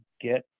get